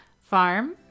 farm